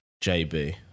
JB